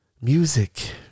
music